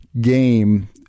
game